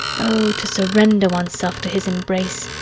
oh, to surrender oneself to his embrace!